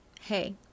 hey